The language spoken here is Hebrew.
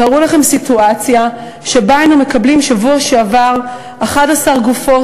תארו לכם סיטואציה שבה היינו מקבלים בשבוע שעבר 11 גופות